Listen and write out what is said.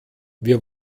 wir